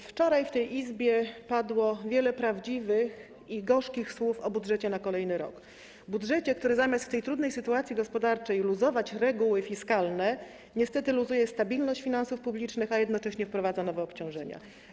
Wczoraj w tej Izbie padło wiele prawdziwych i gorzkich słów o budżecie na kolejny rok, o budżecie, który zamiast w tej trudnej sytuacji gospodarczej luzować reguły fiskalne, niestety luzuje stabilność finansów publicznych, a jednocześnie wprowadza nowe obciążenia.